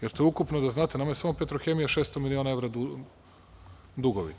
Jer, to je ukupno, da znate, nama je samo „Petrohemija“ 600 miliona dugove.